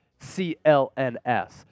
CLNS